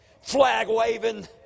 flag-waving